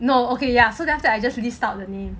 no okay ya so then after I just list out